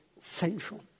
central